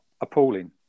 appalling